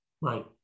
Right